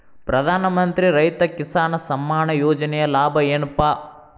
ಪ್ರಧಾನಮಂತ್ರಿ ರೈತ ಕಿಸಾನ್ ಸಮ್ಮಾನ ಯೋಜನೆಯ ಲಾಭ ಏನಪಾ?